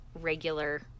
regular